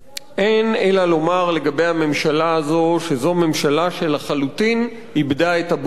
אין לומר לגבי הממשלה הזו אלא שזו ממשלה שלחלוטין איבדה את הבושה.